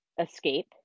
escape